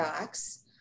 box